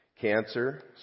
cancer